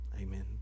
amen